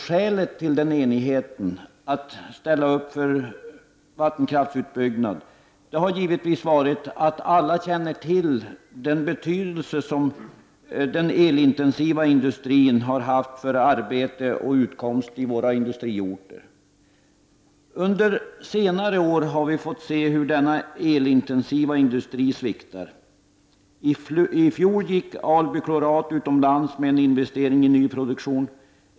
Skälet till att alla enigt har ställt upp för vattenkraftutbyggnad har givetvis varit att alla känner till den betydelse som den elintensiva industrin har haft för arbete och utkomst på våra industriorter. Under senare år har vi fått se hur denna elintensiva industri sviktar. I fjol gick Alby Klorat AB utomlands med en investering i ny produktion.